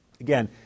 Again